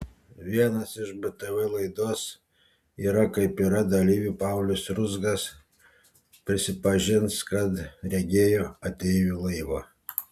vienas iš btv laidos yra kaip yra dalyvių paulius ruzgas prisipažins kad regėjo ateivių laivą